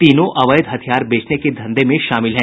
तीनों अवैध हथियार बेचने का धंधे में शामिल हैं